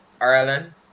Ireland